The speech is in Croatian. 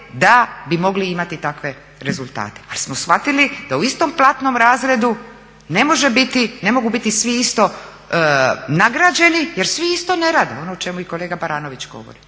da bi mogli imati takve rezultate, ali smo shvatili da u istom platnom razredu ne može biti, ne mogu biti svi isto nagrađeni jer svi isto ne rade. Ono o čemu i kolega Baranović govori